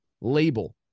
label